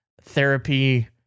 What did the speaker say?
therapy